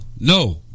no